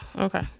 okay